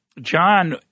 John